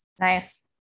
Nice